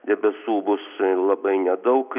debesų bus labai nedaug